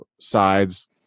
sides